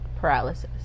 paralysis